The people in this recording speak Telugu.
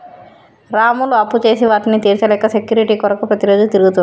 రాములు అప్పుచేసి వాటిని తీర్చలేక సెక్యూరిటీ కొరకు ప్రతిరోజు తిరుగుతుండు